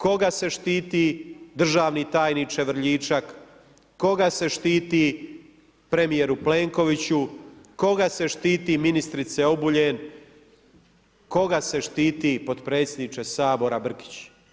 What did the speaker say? Koga se štiti državni tajniče vrljičak, koga se štiti premijeru Plenkoviću, koga se štiti ministrice Obuljen, koga se štiti podpredsjedniče Sabora Brkić?